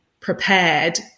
prepared